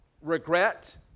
regret